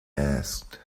asked